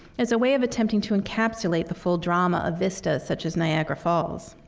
as a way of attempting to encapsulate the full drama of vistas, such as niagara falls.